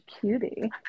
cutie